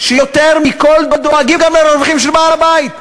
שיותר מכול דואגים גם לרווחים של בעל-הבית,